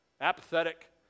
apathetic